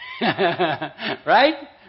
Right